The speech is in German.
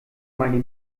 meine